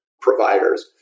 Providers